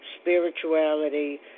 spirituality